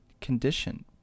condition